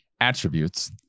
attributes